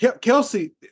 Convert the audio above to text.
Kelsey